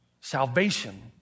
Salvation